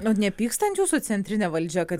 nu nepyksta ant jūsų centrinė valdžia kad